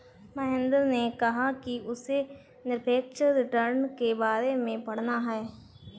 महेंद्र ने कहा कि उसे निरपेक्ष रिटर्न के बारे में पढ़ना है